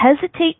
hesitate